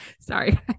sorry